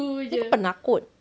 ni kan penakut